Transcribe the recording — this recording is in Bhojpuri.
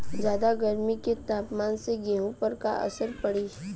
ज्यादा गर्मी के तापमान से गेहूँ पर का असर पड़ी?